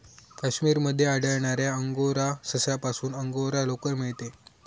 काश्मीर मध्ये आढळणाऱ्या अंगोरा सशापासून अंगोरा लोकर मिळते